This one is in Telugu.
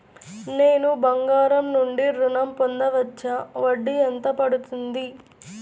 నేను బంగారం నుండి ఋణం పొందవచ్చా? వడ్డీ ఎంత పడుతుంది?